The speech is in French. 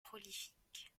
prolifique